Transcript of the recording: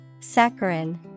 Saccharin